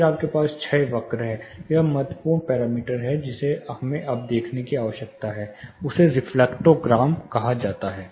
फिर आपके पास क्षय वक्र है एक महत्वपूर्ण पैरामीटर जिसे हमें अब देखने की आवश्यकता है उसे रिफ्लेक्टग्राम कहा जाता है